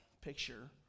picture